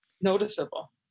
noticeable